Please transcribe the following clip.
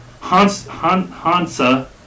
Hansa